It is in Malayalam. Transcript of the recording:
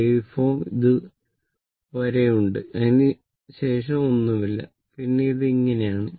വേവ് ഫോം ഇത് വരെ ഉണ്ട് അതിനുശേഷം ഒന്നുമില്ല പിന്നെ ഇത് ഇങ്ങനെയാണ്